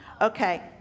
Okay